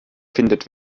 findet